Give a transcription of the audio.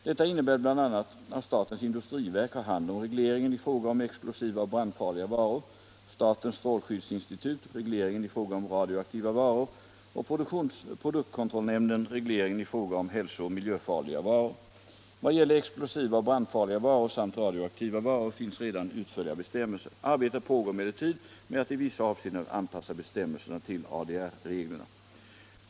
Detta innebär bl.a. att statens industriverk har hand om regleringen i fråga om explosiva och brandfarliga varor, statens strålskyddsinstitut regleringen i fråga om radioaktiva varor och produktkontrollnämnden regleringen i fråga om hälsooch miljöfarliga varor. Vad gäller explosiva och brandfarliga varor samt radioaktiva varor finns redan utförliga bestämmelser. Arbete pågår emellertid med att i vissa avseenden anpassa bestämmelserna till ADR reglerna.